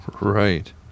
right